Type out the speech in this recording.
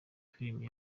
filime